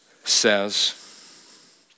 says